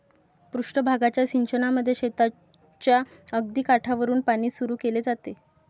पृष्ठ भागाच्या सिंचनामध्ये शेताच्या अगदी काठावरुन पाणी सुरू केले जाते